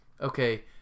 okay